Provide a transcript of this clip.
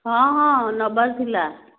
ହଁ ହଁ ନେବାର ଥିଲା